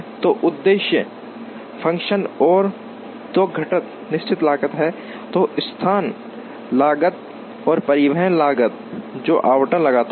तो उद्देश्य फ़ंक्शन के दो घटक निश्चित लागत हैं जो स्थान लागत और परिवहन लागत हैं जो आवंटन लागत हैं